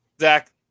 Zach